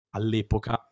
all'epoca